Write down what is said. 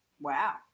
Wow